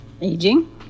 Aging